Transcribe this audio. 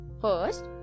First